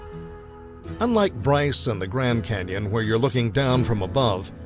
unlike bryce and the grand canyon, where you're looking down from above,